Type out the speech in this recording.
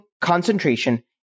concentration